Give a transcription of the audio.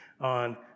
on